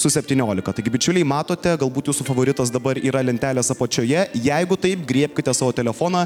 su septyniolika taigi bičiuliai matote galbūt jūsų favoritas dabar yra lentelės apačioje jeigu taip griebkite savo telefoną